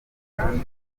kandi